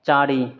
चारि